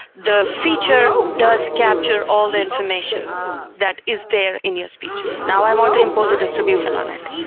the feature does capture all the information that is there in your speech. now, i want to impose a distribution on it.